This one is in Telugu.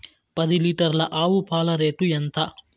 పది లీటర్ల ఆవు పాల రేటు ఎంత?